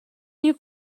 you